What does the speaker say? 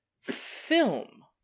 film